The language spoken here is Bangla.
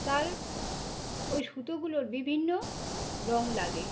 তার ওই সুতোগুলোর বিভিন্ন রং লাগে